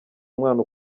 umwana